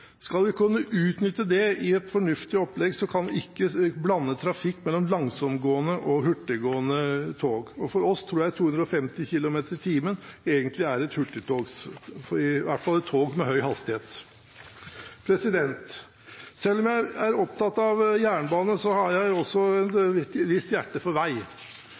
skal kunne utnytte det i et fornuftig opplegg, kan vi ikke blande trafikk med langsomtgående og hurtiggående tog. For oss tror jeg 250 km/t egentlig er et hurtigtog – i hvert fall et tog med høy hastighet. Selv om jeg er opptatt av jernbane, har jeg også et visst hjerte for vei.